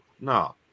No